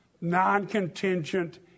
non-contingent